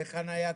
וחניה כפולה.